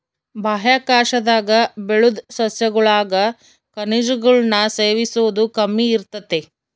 ಬಾಹ್ಯಾಕಾಶದಾಗ ಬೆಳುದ್ ಸಸ್ಯಗುಳಾಗ ಖನಿಜಗುಳ್ನ ಸೇವಿಸೋದು ಕಮ್ಮಿ ಇರ್ತತೆ